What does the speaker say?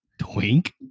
Twink